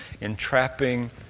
entrapping